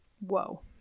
whoa